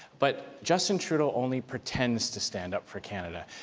but justin trudeau only pretends to stand up for canada.